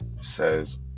says